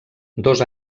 dos